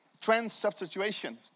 trans-substitution